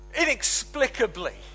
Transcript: inexplicably